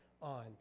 on